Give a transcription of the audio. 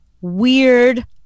weird